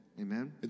Amen